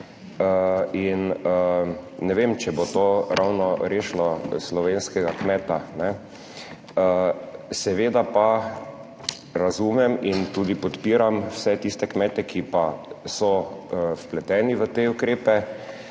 in ne vem, če bo to ravno rešilo slovenskega kmeta. Seveda pa razumem in tudi podpiram vse tiste kmete, ki pa so vpleteni v te ukrepe